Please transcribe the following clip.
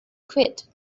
quit